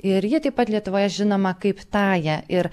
ir ji taip pat lietuvoje žinoma kaip taja ir